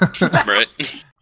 Right